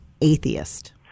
atheist